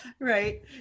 Right